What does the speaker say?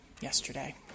yesterday